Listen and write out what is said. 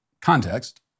context